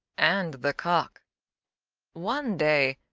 and the cock one day,